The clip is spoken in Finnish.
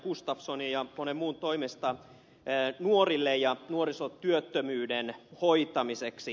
gustafssonin ja monen muun toimesta nuorille ja nuorisotyöttömyyden hoitamiseksi